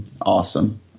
awesome